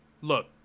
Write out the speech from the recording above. Look